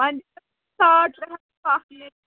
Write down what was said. وۄنۍ ساڑ ترٛےٚ ہَتھ